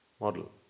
model